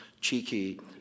cheeky